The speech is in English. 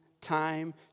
time